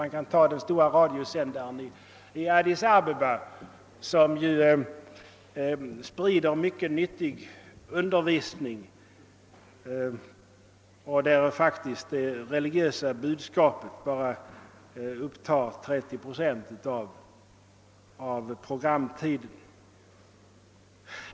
Man kan nämna den stora radiosändaren i Addis Abeba, som sänder mycken nyttig undervisning i skilda ämnen och där det religiösa budskapei endast upptar 30 procent av programtiden.